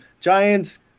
Giants